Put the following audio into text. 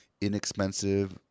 inexpensive